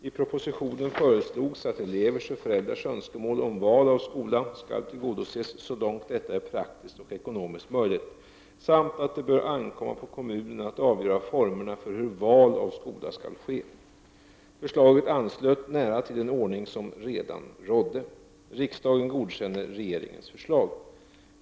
I propositionen föreslogs att elevers och föräldrars önskemål om val av skola skall tillgodoses så långt detta är praktiskt och ekonomiskt möjligt, samt att det bör ankomma på kommunen att avgöra formerna för hur val av skola skall ske. Förslaget anslöt nära till den ordning som redan rådde. Riksdagen godkände regeringens förslag.